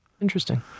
Interesting